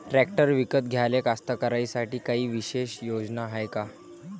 Tractor विकत घ्याले कास्तकाराइसाठी कायी विशेष योजना हाय का?